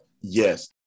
Yes